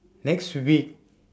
next week